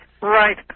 Right